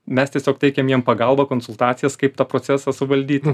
mes tiesiog teikiam jiem pagalbą konsultacijas kaip tą procesą suvaldyti